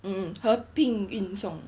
mm mm 合拼运送